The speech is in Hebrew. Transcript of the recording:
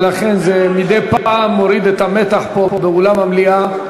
ולכן מדי פעם מורידים את המתח, פה, באולם המליאה.